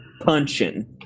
punching